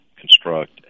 construct